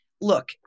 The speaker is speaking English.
Look